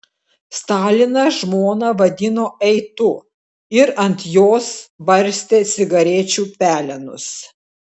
stalinas žmoną vadino ei tu ir ant jos barstė cigarečių pelenus